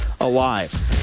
alive